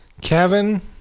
Kevin